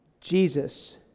Jesus